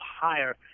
higher